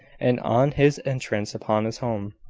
and on his entrance upon his home.